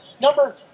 number